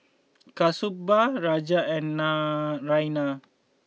Kasturba Raja and Naraina